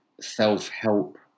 self-help